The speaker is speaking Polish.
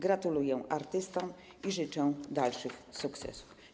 Gratuluję artystom i życzę dalszych sukcesów.